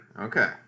Okay